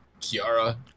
Kiara